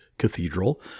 cathedral